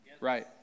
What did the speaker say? Right